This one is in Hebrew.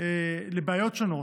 לבעיות שונות,